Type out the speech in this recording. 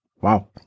Wow